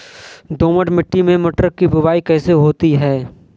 दोमट मिट्टी में मटर की बुवाई कैसे होती है?